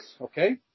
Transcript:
okay